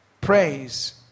Praise